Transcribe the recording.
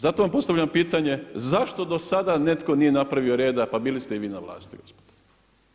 Zato vam postavljam pitanje zašto do sada netko nije napravio reda, pa bili ste i vi na vlasti gospodo?